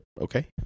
okay